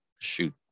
shoot